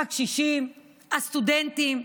הקשישים, הסטודנטים,